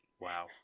Wow